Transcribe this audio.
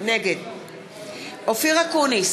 נגד אופיר אקוניס,